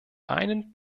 einen